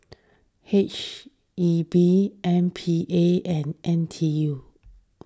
H E B M P A and N T U